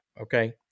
Okay